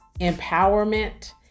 empowerment